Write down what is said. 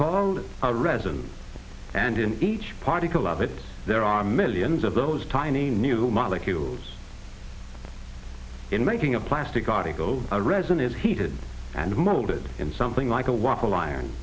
called a resin and in each particle of it there are millions of those tiny new molecules in making a plastic article or resin is heated and molded in something like a waffle iron